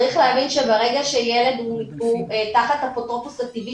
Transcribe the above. צריך להבין שברגע שילד הוא תחת האפוטרופוס הטבעי